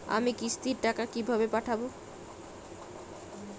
আমি কিস্তির টাকা কিভাবে পাঠাব?